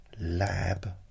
Lab